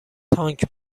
تانک